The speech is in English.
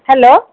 hello